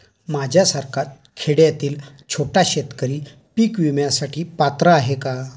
माझ्यासारखा खेड्यातील छोटा शेतकरी पीक विम्यासाठी पात्र आहे का?